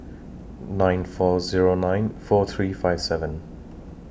nine four Zero nine four three five seven